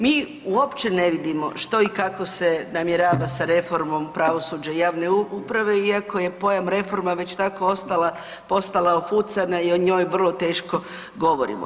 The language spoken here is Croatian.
Mi uopće ne vidimo što i kako se namjerava sa reformom pravosuđa i javne uprave, iako je pojam reforma tako postala ofucana i o njoj vrlo teško govorimo.